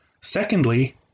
Secondly